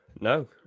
no